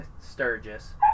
Sturgis